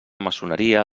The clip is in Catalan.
maçoneria